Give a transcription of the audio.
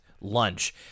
lunch